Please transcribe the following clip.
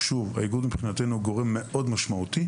שמהווה גורם משמעותי.